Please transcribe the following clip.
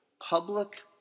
public